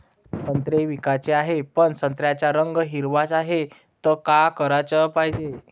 संत्रे विकाचे हाये, पन संत्र्याचा रंग हिरवाच हाये, त का कराच पायजे?